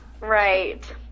right